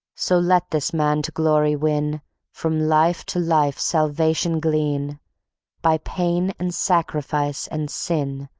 so let this man to glory win from life to life salvation glean by pain and sacrifice and sin,